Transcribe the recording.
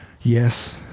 Yes